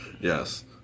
Yes